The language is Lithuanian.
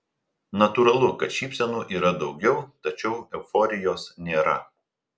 natūralu kad šypsenų yra daugiau tačiau euforijos nėra